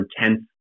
intense